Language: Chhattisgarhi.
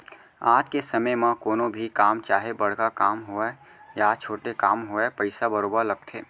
आज के समे म कोनो भी काम चाहे बड़का काम होवय या छोटे काम होवय पइसा बरोबर लगथे